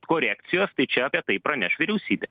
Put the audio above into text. korekcijos tai čia apie tai praneš vyriausybė